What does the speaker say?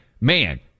man